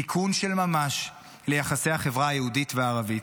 תיקון של ממש ליחסי החברה היהודית והערבית.